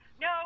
No